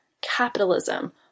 capitalism